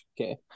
Okay